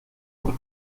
por